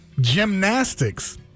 gymnastics